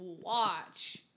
watch